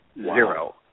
Zero